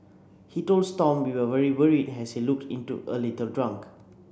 he told Stomp we were very worried as he looked into a little drunk